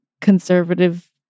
conservative